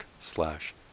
slash